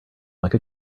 like